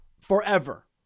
Forever